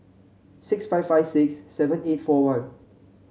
six five five six seven eight four one